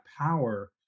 power